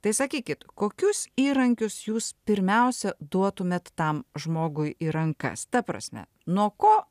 tai sakykit kokius įrankius jūs pirmiausia duotumėt tam žmogui į rankas ta prasme nuo ko